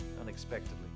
unexpectedly